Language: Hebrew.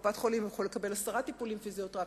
בקופת-החולים הוא יוכל לקבל עשרה טיפולים פיזיותרפיים.